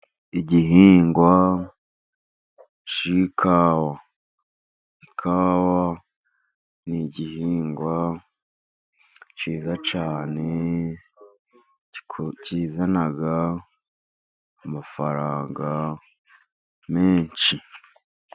Igihingwa cy'ikawa. Ikawa ni igihingwa cyiza cyane, kizana amafaranga menshi.